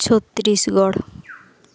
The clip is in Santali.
ᱪᱷᱚᱛᱛᱨᱤᱥᱜᱚᱲ